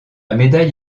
médaille